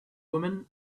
women